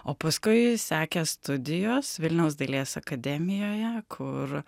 o paskui sekė studijos vilniaus dailės akademijoje kur